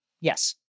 Yes